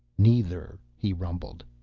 neither, he rumbled,